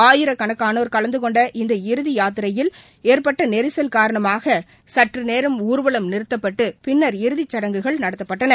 ஆயிரக்கணக்கானோா் கலந்து கொண்ட இந்த இறுதி யாத்திரையில் ஏற்பட்ட நெரிசல் காரணமாக சற்று நேரம் ஊர்வலம் நிறுத்தப்பட்டு பின்னர் இறுதிச்சடங்குகள் நடத்தப்பட்டன